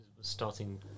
starting